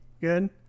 Good